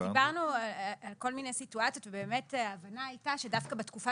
דיברנו על כל מיני סיטואציות ובאמת ההבנה היתה שדווקא בתקופה